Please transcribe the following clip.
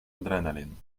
adrenaline